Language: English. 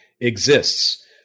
exists